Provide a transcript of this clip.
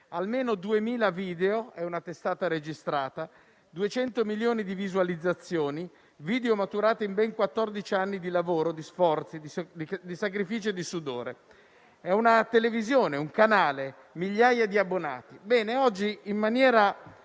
almeno 2.000 video - è una testata registrata - 200 milioni di visualizzazioni, video maturati in ben quattordici anni di lavoro, di sforzi, di sacrifici e di sudore. È una televisione, un canale con migliaia di abbonati.